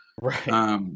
Right